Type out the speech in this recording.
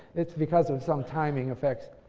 it's because of some timing effects.